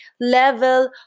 level